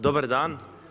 Dobar dan.